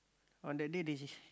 on the day they